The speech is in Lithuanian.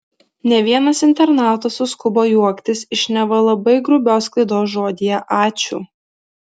ne vienas internautas suskubo juoktis iš neva labai grubios klaidos žodyje ačiū